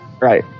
Right